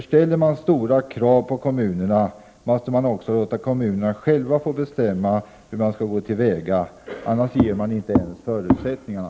Ställer man stora krav på kommunerna, måste man också låta kommunerna själva få bestämma hur de skall gå till väga. Annars ger man inte ens förutsättningarna.